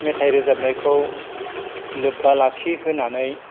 मेथाइ रोजाबनायखौ लोब्बा लाखिहोनानै